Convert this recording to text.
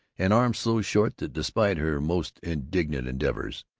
and arms so short that, despite her most indignant endeavors,